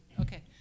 Okay